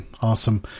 Awesome